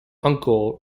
uncle